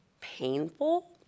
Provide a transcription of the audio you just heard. painful